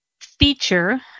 feature